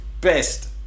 best